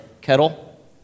kettle